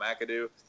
McAdoo